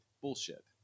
Bullshit